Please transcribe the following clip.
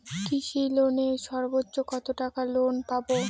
কৃষি লোনে সর্বোচ্চ কত টাকা লোন পাবো?